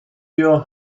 your